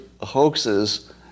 hoaxes